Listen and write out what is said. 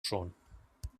schon